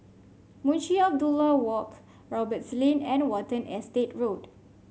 Munshi Abdullah Walk Roberts Lane and Watten Estate Road